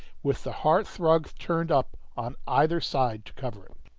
with the hearthrug turned up on either side to cover it.